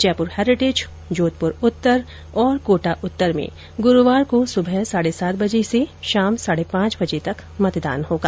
Jaipur heritage Jodhpur उत्तर और कोटा उत्तर में गुरुवार को सुबह साढे सात बजे से शाम साढे पांच बजे तक मतदान होगा